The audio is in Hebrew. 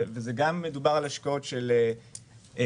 מדובר על השקעות של בנקים,